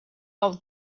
old